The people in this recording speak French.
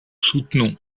soutenons